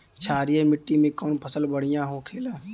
क्षारीय मिट्टी में कौन फसल बढ़ियां हो खेला?